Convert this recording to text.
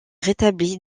rétabli